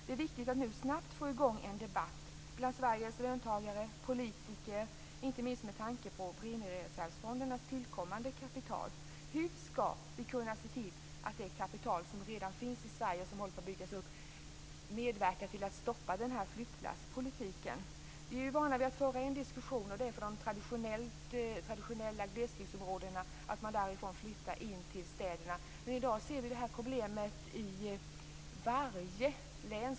Det är viktigt att nu snabbt få i gång en debatt bland Sveriges löntagare och politiker inte minst med tanke på premiereservfondernas tillkommande kapital. Hur skall vi kunna se till att det kapital som redan finns i Sverige och som håller på att byggas upp medverkar till att stoppa flyttlasspolitiken? Vi är vana att föra en diskussion om de traditionella glesbygdsområdena och att man flyttar därifrån till städerna. Men i dag ser vi det här problemet i varje län.